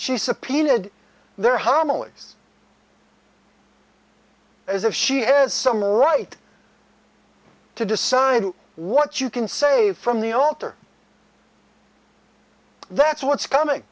she subpoenaed their homily as if she has some right to decide what you can say from the altar that's what's comi